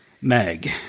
Meg